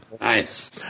nice